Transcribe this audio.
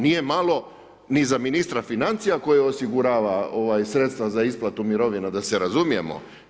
Nije malo ni za ministra financija koji osigurava sredstva za isplatu mirovina, da se razumijemo.